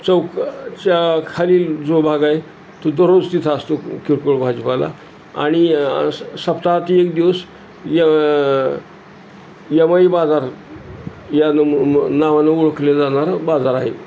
चौक च्या खालील जो भाग आहे तो दररोज तिथं असतो किरकोळ भाजपाला आणि सप्ताहातील एक दिवस य यमाई बाजार या न नावानं ओळखले जाणारा बाजार आहे